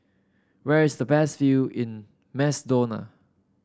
where is the best view in Macedonia